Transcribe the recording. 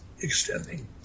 extending